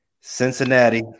Cincinnati